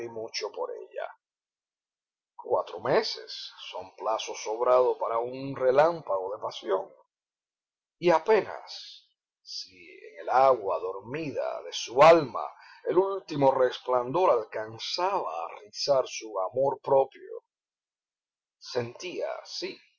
mucho por ella cuatro meses son plazo sobrado para un relámpago de pasión y apenas si en el agua dormida de su alma el último resplandor alcanzaba a rizar su amor propio sentía sí